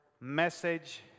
message